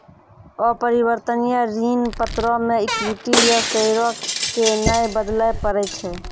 अपरिवर्तनीय ऋण पत्रो मे इक्विटी या शेयरो के नै बदलै पड़ै छै